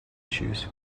issues